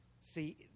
See